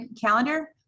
calendar